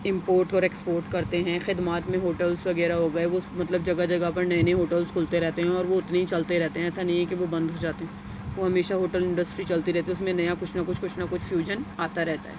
import اور export کرتے ہیں خدمات میں ہوٹلس وغیرہ ہوگئے وہ مطلب جگہ جگہ پر نئے نئے ہوٹلس کھلتے رہتے ہیں اور وہ اتنے ہی چلتے رہتے ہیں ایسا نہیں کہ وہ بند ہو جاتے ہیں وہ ہمیشہ ہوٹل انڈسٹری چلتی رہتی ہے اس میں نیا کچھ نہ کچھ کچھ نہ کچھ فیوزن آتا رہتا ہے